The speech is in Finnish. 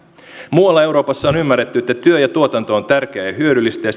muualla euroopassa on ymmärretty että työ ja tuotanto ovat tärkeitä ja hyödyllisiä ja